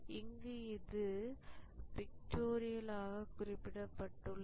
இங்கு இது பிக்டடோரியல்லாக குறிப்பிடப்பட்டுள்ளது